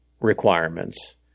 requirements –